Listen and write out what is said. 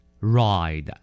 Ride